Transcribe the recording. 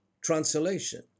translation